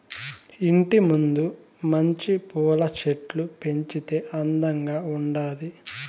ఇంటి ముందు మంచి పూల చెట్లు పెంచితే అందంగా ఉండాది